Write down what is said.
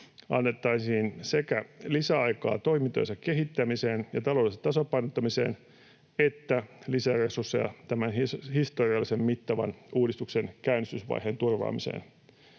annettaisiin sekä lisäaikaa toimintojensa kehittämiseen ja taloutensa tasapainottamiseen että lisäresursseja tämän historiallisen mittavan uudistuksen käynnistysvaiheen turvaamiseen.